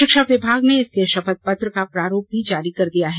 शिक्षा विभाग ने इसके शपथ पत्र का प्रांरूप भी जारी कर दिया है